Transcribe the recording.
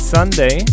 Sunday